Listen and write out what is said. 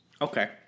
Okay